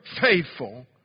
faithful